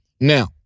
Now